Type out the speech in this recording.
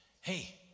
hey